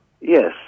Yes